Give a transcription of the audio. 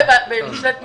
גם בממשלת מעבר,